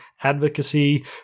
advocacy